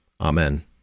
Amen